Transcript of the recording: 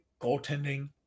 goaltending